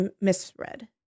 misread